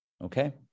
Okay